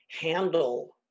handle